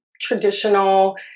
traditional